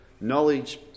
Knowledge